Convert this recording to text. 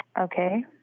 Okay